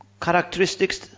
characteristics